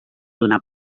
d’una